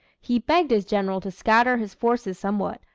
he begged his general to scatter his forces somewhat,